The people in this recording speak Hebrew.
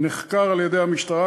נחקר על-ידי המשטרה,